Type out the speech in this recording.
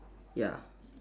ya